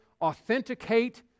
authenticate